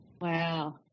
Wow